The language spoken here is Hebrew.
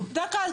דקה,